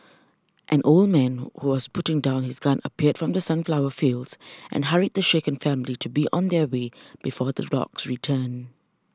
an old man who was putting down his gun appeared from the sunflower fields and hurried the shaken family to be on their way before the dogs return